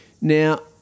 Now